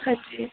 अच्छा